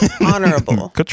honorable